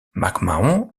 mcmahon